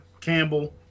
Campbell